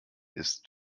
ist